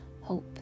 hope